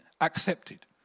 accepted